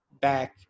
back